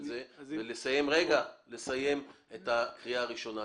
ולסיים את הקריאה הראשונה.